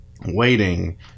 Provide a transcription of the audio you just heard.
waiting